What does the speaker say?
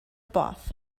bath